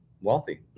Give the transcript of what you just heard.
Wealthy